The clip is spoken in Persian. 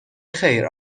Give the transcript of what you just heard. خیر